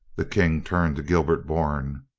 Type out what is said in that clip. the king turned to gilbert bourne.